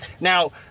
Now